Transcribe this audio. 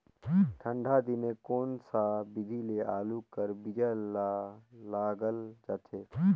ठंडा दिने कोन सा विधि ले आलू कर बीजा ल लगाल जाथे?